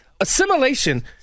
Assimilation